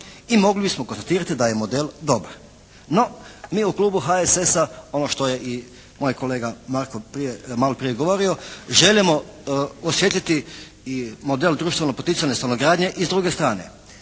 i mogli bismo konstatirati da je model dobar. No, mi u klubu HSS-a ono što je i moj kolega Markov prije, maloprije govorio želimo osvijetliti i model društveno poticajne izgradnje i s druge strane.